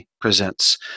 Presents